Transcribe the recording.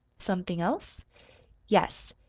something else yes.